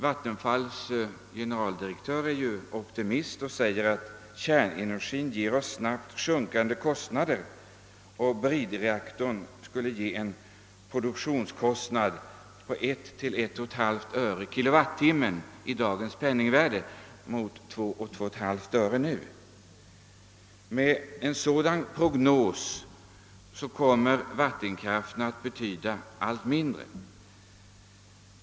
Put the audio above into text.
Vattenfalls generaldirektör är optimist och säger att kärnenergin ger oss snabbt sjunkande kostnader och att bridreaktorn skulle ge en produktionskostnad på 1 å 1! 2 öre nu. Enligt denna prognos kommer alltså vattenkraften att betyda allt mindre.